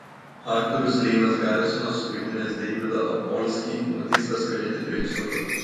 aktorius leinas garisonas suvaidinęs deividą apolskį nuteistas kalėti trejus metus